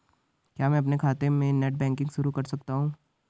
क्या मैं अपने खाते में नेट बैंकिंग शुरू कर सकता हूँ?